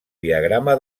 diagrama